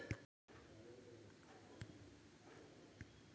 त्या योजनासाठी खास अर्ज करूचो पडता काय?